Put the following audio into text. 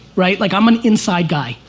right. like i'm an inside guy,